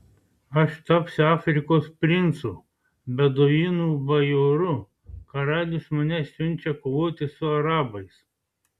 aš tapsiu afrikos princu beduinų bajoru karalius mane siunčia kovoti su arabais